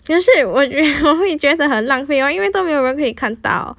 可是我我会觉得很浪费 mah 因为没有人可以看到